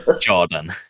Jordan